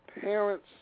parents